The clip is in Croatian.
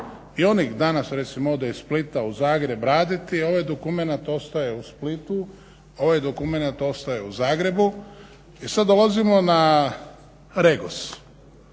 i oni danas recimo ode iz Splita u Zagreb raditi, ovaj dokument ostaje u Splitu, ovaj dokument ostaje u Zagrebu i sad dolazimo na Regos